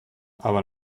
aber